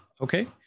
Okay